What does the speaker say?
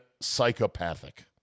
psychopathic